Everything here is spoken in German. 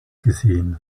gesehen